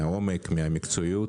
מהעומק ומהמקצועיות.